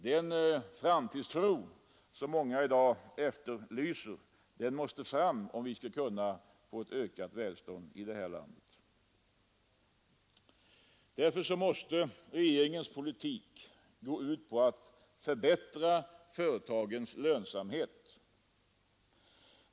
Den framtidstro som många i dag efterlyser måste fram om vi skall få ett ökat välstånd här i landet. lönsamhet.